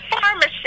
pharmacy